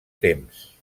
temps